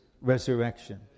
resurrection